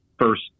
first